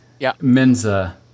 Menza